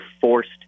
forced